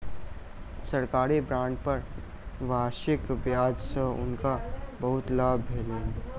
सरकारी बांड पर वार्षिक ब्याज सॅ हुनका बहुत लाभ भेलैन